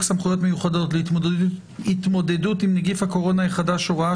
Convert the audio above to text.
סמכויות מיוחדות להתמודדות עם נגיף הקורונה החדש (הוראת